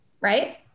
right